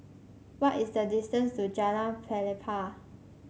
what is the distance to Jalan Pelepah